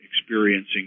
experiencing